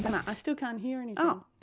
and i ah still can't hear and um